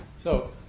so